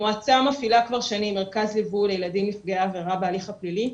המועצה מפעילה כבר שנים מרכז ליווי לילדים נפגעי עבירה בהליך הפלילי,